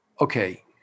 okay